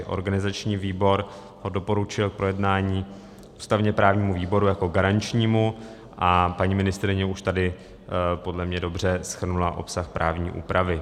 Organizační výbor ho doporučil k projednání ústavněprávnímu výboru jako garančnímu a paní ministryně už tady podle mě dobře shrnula obsah právní úpravy.